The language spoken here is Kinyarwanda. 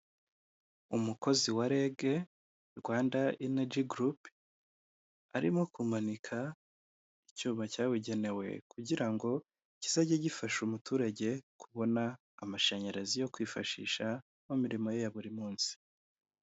Umukozi wa REG Rwanda Energy group; arimo kumanika icyuma cyabugenewe, kugirango kizage gifasha umuturage kubona amashanyarazi yo kwifashisha mu mirimo ya buri munsi.